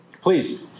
Please